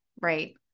right